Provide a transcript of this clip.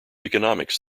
economics